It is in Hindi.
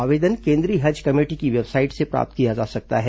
आवेदन केंद्रीय हज कमेटी की वेबसाइट से प्राप्त किया जा सकता है